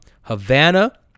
havana